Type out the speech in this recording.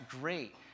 great